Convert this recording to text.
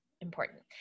important